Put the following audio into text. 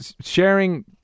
Sharing